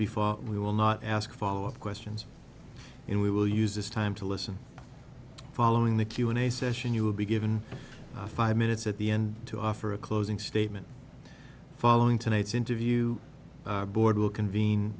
fought we will not ask follow up questions and we will use this time to listen following the q and a session you will be given five minutes at the end to offer a closing statement following tonight's interview board will conven